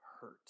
hurt